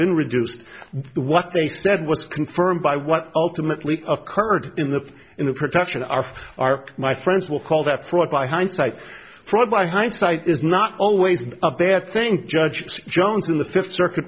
been reduced what they said was confirmed by what ultimately occurred in the in the production r r my friends will call that fraud by hindsight fraud by hindsight is not always a bad thing judge jones in the fifth circuit